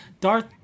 Darth